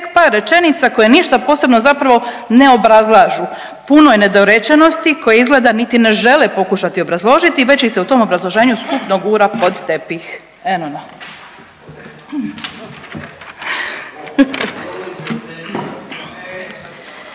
tek par rečenica koje ništa posebno zapravo ne obrazlažu. Puno je nedorečenosti koje izgleda niti ne žele pokušati obrazložiti već ih se u tom obrazloženju skupno gura pod tepih.